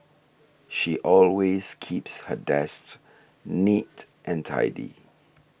she always keeps her dests neat and tidy